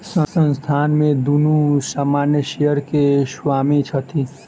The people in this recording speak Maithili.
संस्थान में दुनू सामान्य शेयर के स्वामी छथि